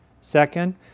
Second